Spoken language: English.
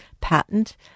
patent